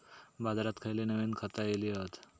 बाजारात खयली नवीन खता इली हत?